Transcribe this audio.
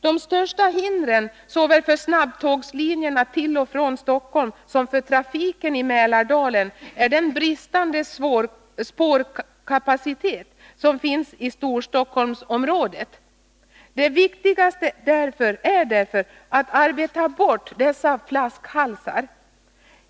De största hindren såväl för snabbtågslinjerna till och från Stockholm som för trafiken i Mälardalen är den bristande spårkapacitet som finns i Storstockholmsområdet. Det viktigaste är därför att arbeta bort dessa flaskhalsar.